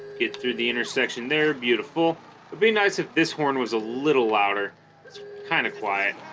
get through the intersection there beautiful would be nice if this horn was a little louder it's kind of quiet